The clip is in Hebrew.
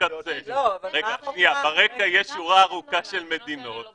הקצה ------- אבל כרגע יש רשימה ארוכה של מדינות